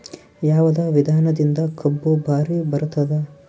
ಯಾವದ ವಿಧಾನದಿಂದ ಕಬ್ಬು ಭಾರಿ ಬರತ್ತಾದ?